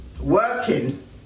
working